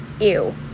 ew